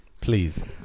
Please